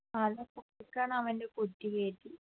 ആ അതൊന്ന് കൊടുക്കണം അവൻ്റെ പുറ്റി കയറ്റി